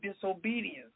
disobedience